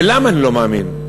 ולמה אני לא מאמין?